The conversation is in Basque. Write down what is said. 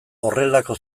horrelako